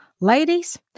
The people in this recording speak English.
Ladies